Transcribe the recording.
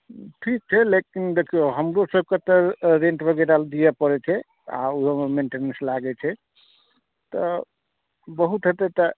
ठीक छै लेकिन देखियौ हमरो सभकेँ तऽ रेन्ट वगैरह दिअ पड़ै छै आ ओहो सभमे मेन्टेनेन्स लागै छै तऽ बहुत हेतै तऽ